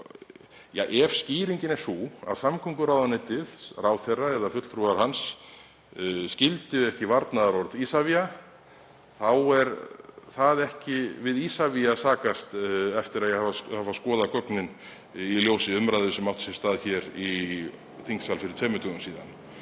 ja, ef skýringin er sú að samgönguráðuneytið, ráðherra eða fulltrúar hans, skildu ekki varnaðarorð Isavia þá er ekki við Isavia sakast, eftir að hafa skoðað gögnin í ljósi umræðu sem átti sér stað hér í þingsal fyrir tveimur dögum.